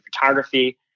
photography